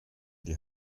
die